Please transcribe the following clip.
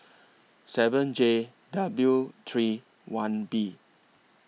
seven J W three one B